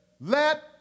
let